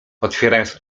otwierając